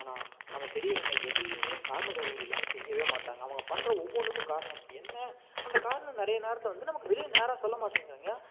ஆனால் நம்ம பெரியவங்க எதையும் காரண காரியம் இல்லாமல் செய்ய மாட்டாங்க அவங்க பண்ணுற ஒவ்வொன்றுக்கும் காரணம் இருக்கும் என்ன அந்த காரணம் நிறையா நேரத்தில் வந்து நமக்கு வெளியில் நேராக சொல்ல மாட்டேங்கிறாங்க ஏன்